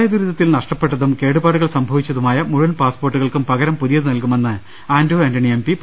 പ്രളയദുരിതത്തിൽ നഷ്ടപ്പെട്ടതും കേടുപാടുകൾ സംഭവിച്ചതു മായ മുഴുവൻ പാസ്പോർട്ടുകൾക്കും പ്പക്രം പുതിയത് നൽകുമെന്ന് ആന്റോ ആന്റണി എം പി പറഞ്ഞു